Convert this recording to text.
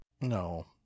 No